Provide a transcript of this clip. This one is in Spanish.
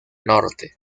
norte